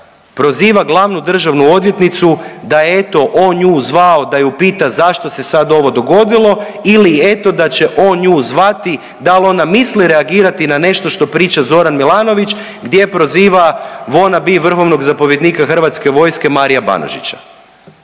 proziva glavnu državnu odvjetnicu, da eto, on nju zvao da ju pita zašto se sad ovo dogodilo ili eto, da će on nju zvati da li ona misli reagirati na nešto što priča Zoran Milanović gdje proziva wanna be vrhovnog zapovjednika Hrvatske vojske Marija Banožića.